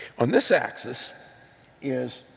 on this axis is